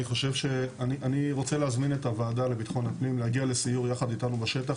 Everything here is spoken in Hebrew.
אני רוצה להזמין את הוועדה לביטחון הפנים להגיע לסיור יחד איתנו בשטח,